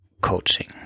coaching